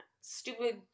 stupid